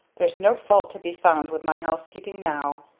there's no fault to be found with my housekeeping now!